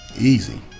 Easy